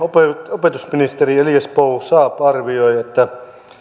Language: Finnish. opetusministeri elias bou saab arvioi että